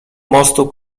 mostu